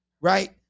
Right